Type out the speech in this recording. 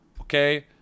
Okay